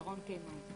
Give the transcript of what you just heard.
שרון קינן.